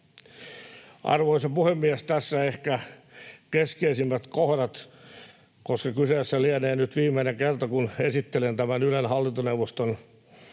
Arvoisa puhemies! Tässä ehkä keskeisimmät kohdat. Koska kyseessä lienee nyt viimeinen kerta, kun esittelen tämän Ylen hallintoneuvoston kertomuksen